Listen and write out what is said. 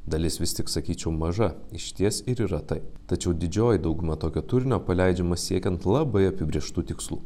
dalis vis tik sakyčiau maža išties ir yra tai tačiau didžioji dauguma tokio turinio paleidžiama siekiant labai apibrėžtų tikslų